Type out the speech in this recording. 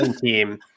team